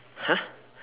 !huh!